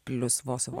plius vos vos